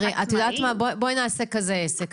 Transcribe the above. בואי נעשה עסק כזה.